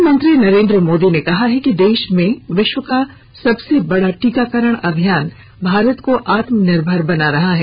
प्रधानमंत्री नरेन्द्र मोदी ने कहा है कि देश में विश्व का सबसे बड़ा टीकाकरण अभियान भारत को आत्मनिर्भर बना रहा है